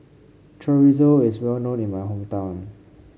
chorizo is well known in my hometown